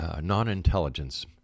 non-intelligence